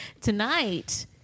tonight